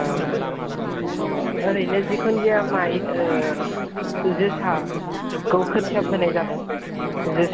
ओरैनो जिखुनु जाया माय जोसाखौ खोथिया फोनाय जादों जोसाखौ गायगोन बिदिसो